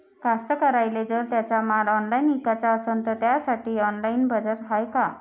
कास्तकाराइले जर त्यांचा माल ऑनलाइन इकाचा असन तर त्यासाठी ऑनलाइन बाजार हाय का?